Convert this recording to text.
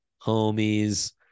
homies